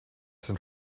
sein